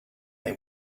they